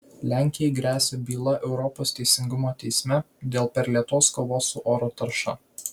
lenkijai gresia byla europos teisingumo teisme dėl per lėtos kovos su oro tarša